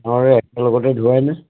অঁ একে লগতে ধোৱাই নে